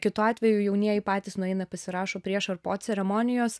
kitu atveju jaunieji patys nueina pasirašo prieš ar po ceremonijos